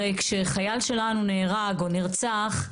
הרי כשחייל שלנו נהרג או נרצח,